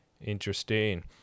Interesting